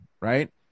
Right